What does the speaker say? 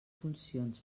funcions